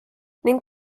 ning